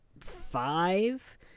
five